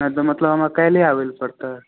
नहि तऽ मतलब हमरा काल्हिए आबैलए परतै